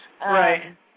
Right